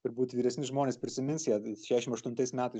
turbūt vyresni žmonės prisimins ją šešiasdešimt aštuntais metais